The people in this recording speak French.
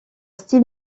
style